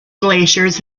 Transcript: glaciers